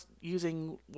using